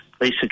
Lisa